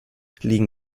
liegen